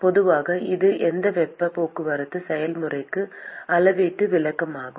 பொதுவாக இது எந்த வெப்பப் போக்குவரத்து செயல்முறைக்கும் அளவீட்டு விளக்கமாகும்